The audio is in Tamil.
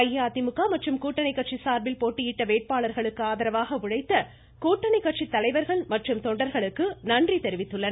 அஇஅதிமுக மற்றும் கூட்டணி கட்சி சார்பில் போட்டியிட்ட வேட்பாளர்களுக்கு ஆதரவாக உழைத்த கூட்டணி கட்சி தலைவர்கள் மற்றும் தொண்டர்களுக்கு நன்றி தெரிவித்துள்ளன்